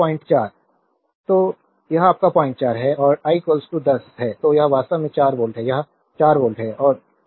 slide time देखें 1449 तो 04 I तो यह आपका 04 है और I 10 है तो यह वास्तव में 4 वोल्ट है यह 4 वोल्ट है